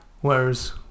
Whereas